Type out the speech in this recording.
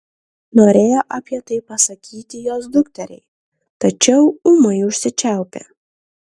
norėjo apie tai pasakyti jos dukteriai tačiau ūmai užsičiaupė